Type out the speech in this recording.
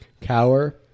cower